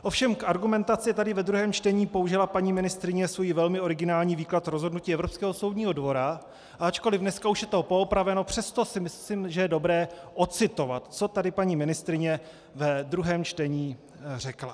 Ovšem k argumentaci tady ve druhém čtení použila paní ministryně svůj velmi originální výklad rozhodnutí Evropského soudního dvora, a ačkoliv dneska už je to poopraveno, přesto si myslím, že je dobré odcitovat, co tady paní ministryně ve druhém čtení řekla.